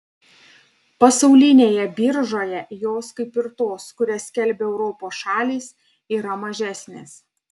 pasaulinėje biržoje jos kaip ir tos kurias skelbia europos šalys yra mažesnės